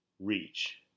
reach